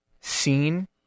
seen